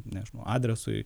nežinau adresui